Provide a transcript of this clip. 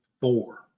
four